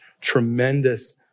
tremendous